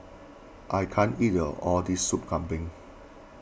I can't eat the all this Soup Kambing